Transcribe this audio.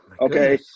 Okay